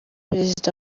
perezida